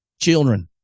children